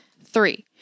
Three